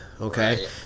okay